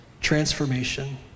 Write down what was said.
Transformation